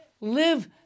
live